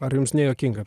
ar jums nejuokinga